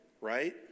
right